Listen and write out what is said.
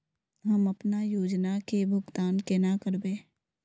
हम अपना योजना के भुगतान केना करबे?